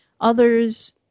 Others